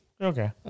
Okay